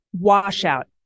washout